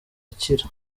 akira